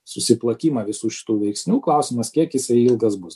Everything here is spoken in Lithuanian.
susiplakimą visų šitų veiksnių klausimas kiek jisai ilgas bus